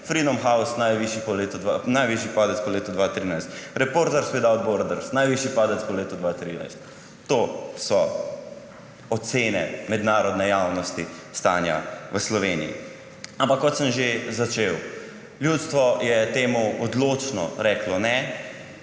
Freedom House – najvišji padec po letu 2013, Reporters Without Borders – najvišji padec po letu 2013. To so ocene mednarodne javnosti stanja v Sloveniji. Ampak kot sem že začel, ljudstvo je temu odločno reklo ne